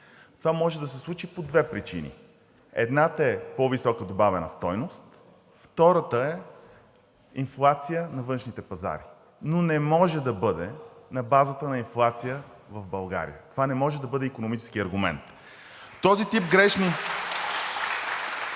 Това може да се случи по две причини: едната е по-висока добавена стойност, втората е инфлация на външните пазари, но не може да бъде на базата на инфлация в България – това не може да бъде икономически аргумент. (Ръкопляскания